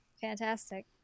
fantastic